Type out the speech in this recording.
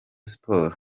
sports